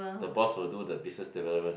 the boss will do the business development